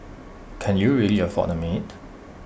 can you really afford A maid